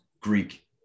Greek